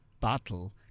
battle